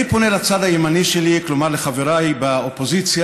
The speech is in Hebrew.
אני פונה לצד הימני שלי, כלומר לחבריי באופוזיציה,